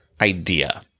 idea